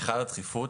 אחד הדחיפות,